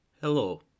Hello